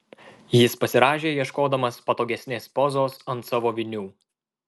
jis pasirąžė ieškodamas patogesnės pozos ant savo vinių